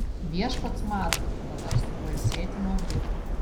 viešpats mato praverstų pailsėti nuo biuro